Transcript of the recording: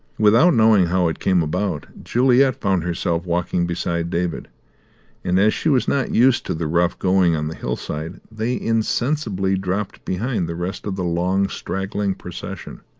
without knowing how it came about, juliet found herself walking beside david and, as she was not used to the rough going on the hillside, they insensibly dropped behind the rest of the long, straggling procession.